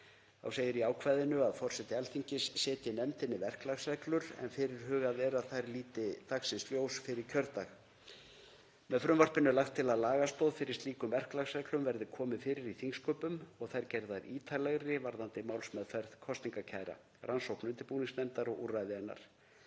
Þá segir í ákvæðinu að forseti Alþingis setji nefndinni verklagsreglur en fyrirhugað er að þær líti dagsins ljós fyrir kjördag. Með frumvarpinu er lagt til að lagastoð fyrir slíkum verklagsreglum verði komið fyrir í þingsköpum og þær gerðar ítarlegri varðandi málsmeðferð kosningakæra, rannsókn undirbúningsnefndar og úrræði hennar.